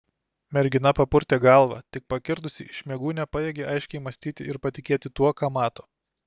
mergina papurtė galvą tik pakirdusi iš miegų nepajėgė aiškiai mąstyti ir patikėti tuo ką mato